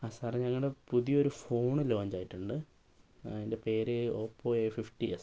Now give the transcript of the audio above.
ആ സാറെ ഞങ്ങളുടെ പുതിയൊരു ഫോണ് ലോഞ്ചായിട്ടുണ്ട് അതിൻ്റെ പേര് ഓപ്പോ എ ഫിഫ്റ്റി എസ്